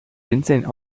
insane